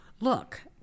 Look